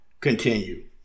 continue